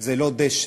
זה לא דשא,